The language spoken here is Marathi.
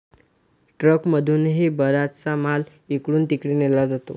ट्रकमधूनही बराचसा माल इकडून तिकडे नेला जातो